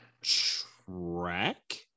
track